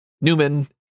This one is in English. Newman